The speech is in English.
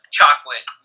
chocolate